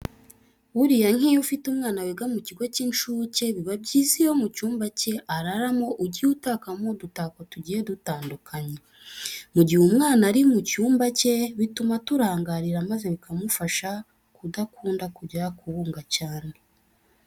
Buriya nk'iyo ufite umwana wiga mu kigo cy'incuke, biba byiza iyo mu cyumba cye araramo ugiye utakamo udutako tugiye dutandukanye. Mu gihe umwana ari mu cyumba cye bituma aturangarira maze bikamufasha kudakunda kujya kubunga cyane.